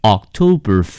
October